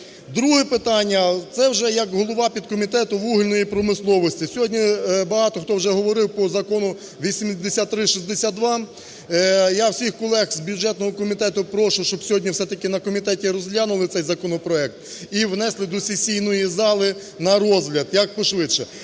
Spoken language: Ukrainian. Друге питання, це вже як голова підкомітету вугільної промисловості. Сьогодні багато хто вже говорив по Закону 8362. Я всіх колег з бюджетного комітету прошу, щоб сьогодні все-таки на комітеті розглянули цей законопроект і внесли до сесійної зали на розгляд як пошвидше.